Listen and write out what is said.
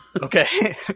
okay